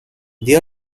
they